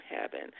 heaven